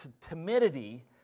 timidity